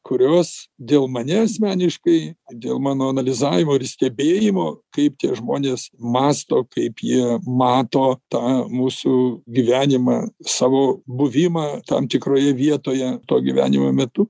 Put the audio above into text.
kurios dėl mane asmeniškai dėl mano analizavimo ir stebėjimo kaip tie žmonės mąsto kaip jie mato tą mūsų gyvenimą savo buvimą tam tikroje vietoje to gyvenimo metu